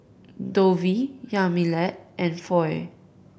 Dovie Yamilet and Foy